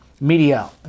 Media